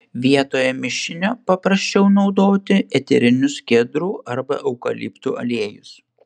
vietoje mišinio paprasčiau naudoti eterinius kedrų arba eukaliptų aliejus